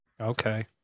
okay